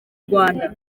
rwanda